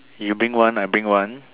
you bring one I bring one